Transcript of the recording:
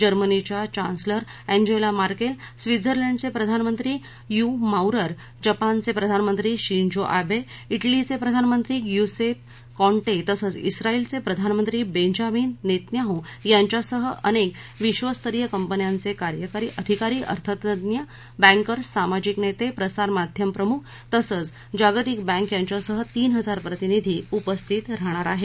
जर्मनीच्या chancellor Angela Merkel स्वीत्झरलँडचे प्रधानमंत्री यू माऊरर जपानचे प्रधानमंत्री शिंजो एवे इटलीचे प्रधानमंत्री य्यूसेप कॉन्टे तसंच इस्वाएलचे प्रधानमंत्री बेंजामिन नेतन्याहू यांच्यासह अनेक विबस्तरीय कंपन्यांचे कार्यकारी अधिकारी अर्थतज्ञ बँकर्स सामाजिक नेते प्रसारमाध्यम प्रमुख तसंच जागतिक बँक यांच्यासह तीन हजार प्रतिनिधी उपस्थित राहणार आहेत